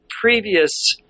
previous